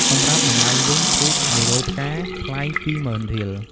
សម្រាប់តម្លៃវិញ ឈូក១០០ផ្កា ថ្លៃ២ម៉ឺនរៀល ។